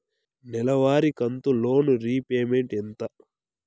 నెలవారి కంతు loan repayment ఎంత?